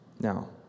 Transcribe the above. Now